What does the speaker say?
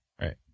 Right